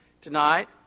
tonight